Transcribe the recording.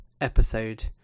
episode